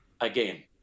Again